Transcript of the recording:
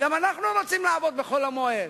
גם אנחנו רוצים לעבוד בחול המועד.